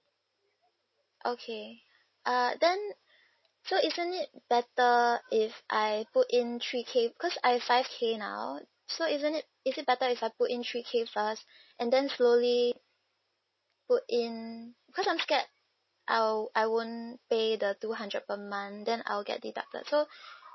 okay uh then so isn't it better if I put in three K because I have five K now so isn't it is it better if I put in three K first and then slowly put in because I'm scared I'll I won't pay the two hundred per month then I'll get deducted so